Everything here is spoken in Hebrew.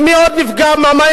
ומי עוד נפגע מהמים?